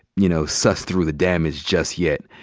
you know, sussed through the damage just yet.